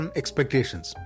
expectations